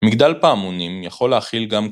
מגדל פעמונים יכול להכיל גם קריון,